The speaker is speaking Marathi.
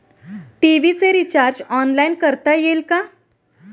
टी.व्ही चे रिर्चाज ऑनलाइन करता येईल का?